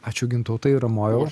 ačiū gintautai ramojaus